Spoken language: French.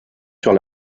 sur